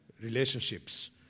relationships